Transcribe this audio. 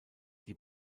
die